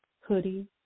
hoodie